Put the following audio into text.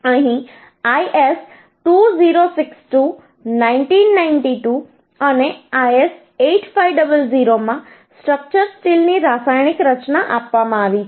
અહીં IS 2062 1992 અને IS 8500 માં સ્ટ્રક્ચર સ્ટીલની રાસાયણિક રચના આપવામાં આવી છે